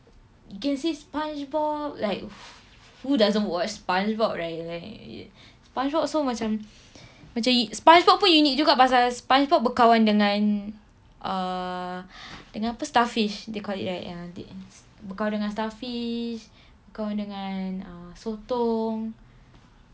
you can say spongebob like who doesn't watch spongebob right like spongebob so macam macam spongebob pun unik juga pasal spongebob berkawan dengan uh dengan apa dengan starfish they call it right ya dia berkawan dengan starfish kawan dengan uh sotong